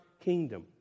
kingdom